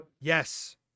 Yes